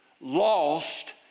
lost